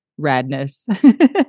radness